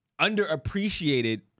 underappreciated